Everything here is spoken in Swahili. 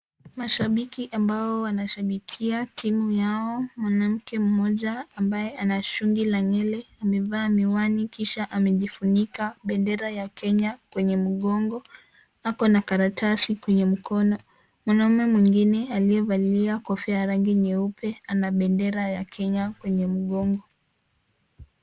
Mashabiki ambao wanashabikia timu yao, mwanamke mmoja ambaye ana shugi la nywele amevaa mihiwani kisha amejifunika bendera ya Kenya kwenye mgongo, ako na karatasi kwenye mkono na mama mwingine aliyevalia kofia ya rangi nyeupe ana bendera ya Kenya kwenye mgongo.